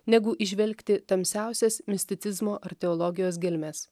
negu įžvelgti tamsiausias misticizmo ar teologijos gelmes